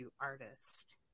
artist